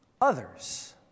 others